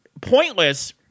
pointless